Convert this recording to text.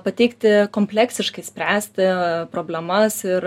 pateikti kompleksiškai spręsti problemas ir